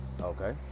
Okay